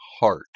heart